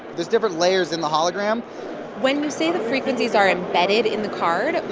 there's different layers in the hologram when you say the frequencies are embedded in the card,